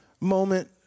moment